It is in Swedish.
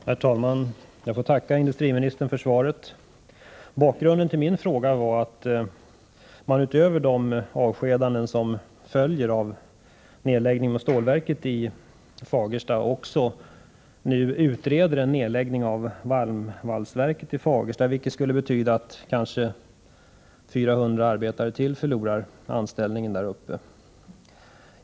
Herr talman! Jag tackar industriministern för svaret. Bakgrunden till min fråga är att man utöver de avskedanden som följer av nedläggningen av stålverket i Fagersta nu också utreder frågan om en nedläggning av varmvalsverket i Fagersta, vilket kan betyda att ytterligare 400 arbetare förlorar sina anställningar.